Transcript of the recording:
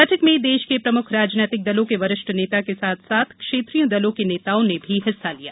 बैठक में देश के प्रमुख राजनैतिक दलों के वरिष्ठ नेता के साथ साथ क्षेत्रीय दलों के नेताओं ने भी हिस्सा लिया